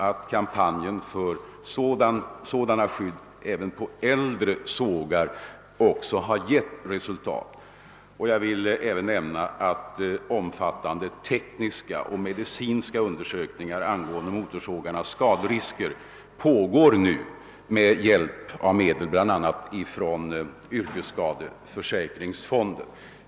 att kampanjen för sådana skydd även på äldre motorsågar har gett resultat. Jag vill här även nämna att omfattande tekniska och medicinska undersökningar angående motorsågarnas skaderisker pågår med hjälp av medel bl.a. från yrkesskadeförsäkringsfonden.